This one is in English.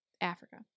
Africa